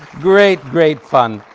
great, great fun.